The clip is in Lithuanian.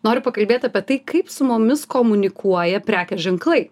noriu pakalbėt apie tai kaip su mumis komunikuoja prekės ženklai